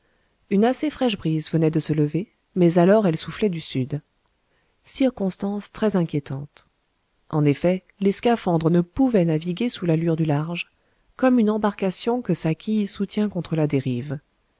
une assez fraîche brise venait de se lever mais alors elle soufflait du sud circonstance très inquiétante en effet les scaphandres ne pouvaient naviguer sous l'allure du large comme une embarcation que sa quille soutient contre la dérive